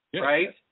right